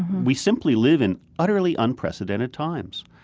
we simply live in utterly unprecedented times.